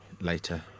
later